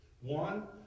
One